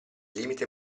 limite